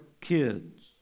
kids